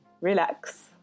relax